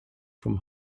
from